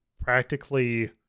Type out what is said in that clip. practically